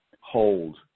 hold